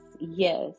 yes